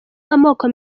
amoko